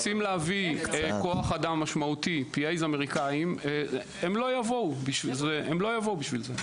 רוצים להביא כוח אדם משמעותי הם לא יבואו בשביל זה.